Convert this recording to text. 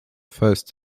first